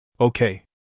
Okay